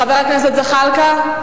חבר הכנסת זחאלקה?